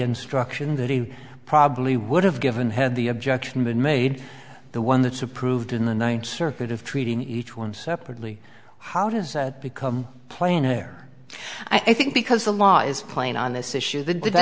instruction that he probably would have given had the objection been made the one that's approved in the ninth circuit of treating each one separately how does become playing there i think because the law is playing on this issue th